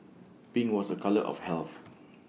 pink was A colour of health